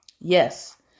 Yes